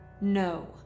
No